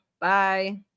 bye